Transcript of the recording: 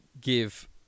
give